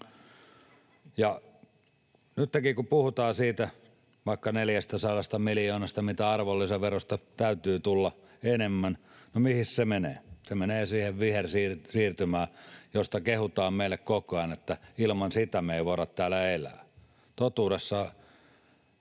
Nyttenkin kun puhutaan vaikka siitä 400 miljoonasta, mitä arvonlisäverosta täytyy tulla enemmän, niin mihinkäs se menee? Se menee siihen vihersiirtymään, jota kehutaan meille koko ajan, että ilman sitä me ei voida täällä elää. Totuudessaan